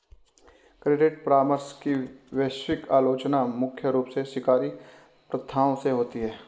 credit परामर्श की वैश्विक आलोचना मुख्य रूप से शिकारी प्रथाओं से होती है